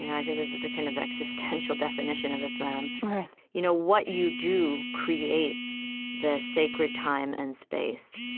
you know i think this is a kind of existential definition of islam right you know, what you do creates the sacred time and space.